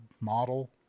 model